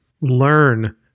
learn